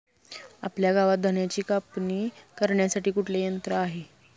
आपल्या गावात धन्याची कापणी करण्यासाठी कुठले यंत्र आहे?